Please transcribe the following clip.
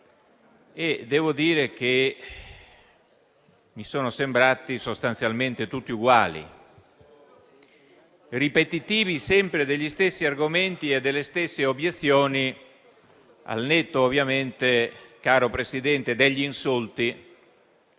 e devo dire che mi sono sembrati sostanzialmente tutti uguali, ripetitivi sempre degli stessi argomenti e delle stesse obiezioni, al netto ovviamente, caro Presidente, degli insulti,